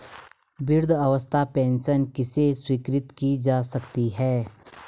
वृद्धावस्था पेंशन किसे स्वीकृत की जा सकती है?